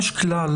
יש כלל